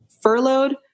furloughed